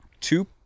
two